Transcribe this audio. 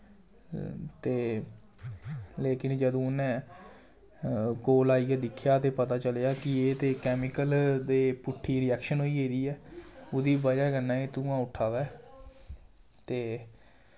ते लेकिन जदूं उ'न्ने कोल आइयै दिक्खेआ ते पता चलेआ कि एह् ते केमिकल दे पुट्ठी रिएक्शन होई गेदी ऐ ओह्दी बजह् कन्नै गै धुआं उट्ठा दा ऐ ते